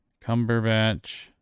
Cumberbatch